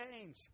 change